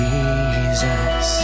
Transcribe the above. Jesus